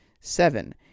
seven